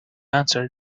answered